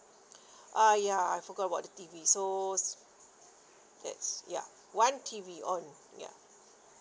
ah ya I forgot about the T_V so that's ya one T_V on ya